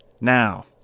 now